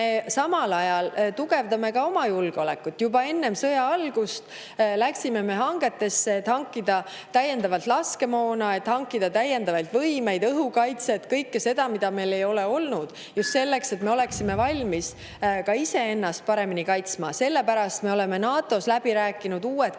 samal ajal ka oma julgeolekut. Juba enne sõja algust [tegime] me hankeid, et hankida täiendavalt laskemoona, et hankida täiendavaid võimeid, õhukaitset, kõike seda, mida meil ei ole olnud, just selleks, et me oleksime valmis ka iseennast paremini kaitsma. Sellepärast me oleme NATO‑s läbi rääkinud uued kaitseplaanid,